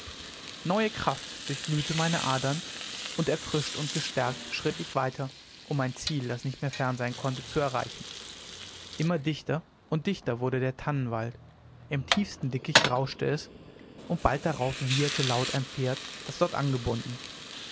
neue kraft durchglühte meine adern und erfrischt und gestärkt schritt ich weiter um mein ziel das nicht mehr fern sein konnte zu erreichen immer dichter und dichter wurde der tannenwald im tiefsten dickicht rauschte es und bald darauf wieherte laut ein pferd das dort angebunden